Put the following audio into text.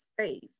space